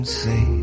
say